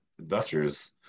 investors